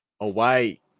away